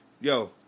Yo